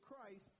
Christ